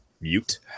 Mute